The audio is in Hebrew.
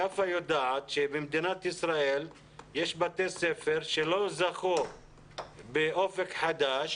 יפה יודעת שבמדינת ישראל יש בתי ספר שלא זכו ב'אופק חדש'